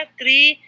three